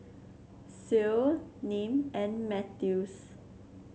Ceil Nim and Mathews